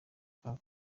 park